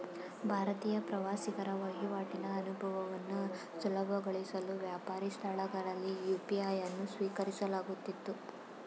ಭಾರತೀಯ ಪ್ರವಾಸಿಗರ ವಹಿವಾಟಿನ ಅನುಭವವನ್ನು ಸುಲಭಗೊಳಿಸಲು ವ್ಯಾಪಾರಿ ಸ್ಥಳಗಳಲ್ಲಿ ಯು.ಪಿ.ಐ ಅನ್ನು ಸ್ವೀಕರಿಸಲಾಗುತ್ತಿತ್ತು